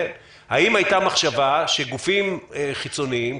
האם הייתה מחשבה שגופים חיצוניים,